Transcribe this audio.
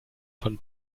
von